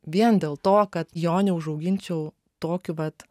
vien dėl to kad jo neužauginčiau tokiu vat